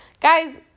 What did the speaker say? Guys